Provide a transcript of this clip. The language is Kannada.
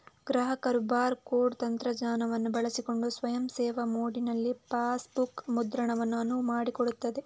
ಗ್ರಾಹಕರು ಬಾರ್ ಕೋಡ್ ತಂತ್ರಜ್ಞಾನವನ್ನು ಬಳಸಿಕೊಂಡು ಸ್ವಯಂ ಸೇವಾ ಮೋಡಿನಲ್ಲಿ ಪಾಸ್ಬುಕ್ ಮುದ್ರಣವನ್ನು ಅನುವು ಮಾಡಿಕೊಡುತ್ತದೆ